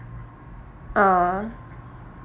ah